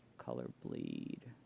color bleed.